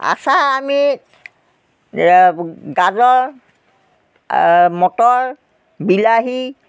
আচাৰ আমি গাজৰ মটৰ বিলাহী